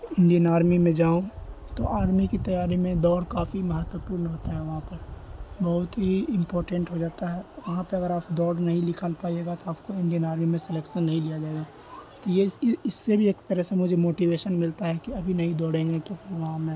Indian army میں جاؤں تو آرمی کی تیاری میں دوڑ کافی مہتوپورن ہوتا ہے وہاں پر بہت ہی امپورٹینٹ ہو جاتا ہے وہاں پہ اگر آپ دوڑ نہیں نکال پائیے گا تو آپ کو انڈین آرمی میں سلیکشن نہیں لیا جائے گا تو یہ اس سے بھی ایک طرح سے مجھے موٹیویشن ملتا ہے کہ ابھی نہیں دوڑیں گے تو پھر وہاں میں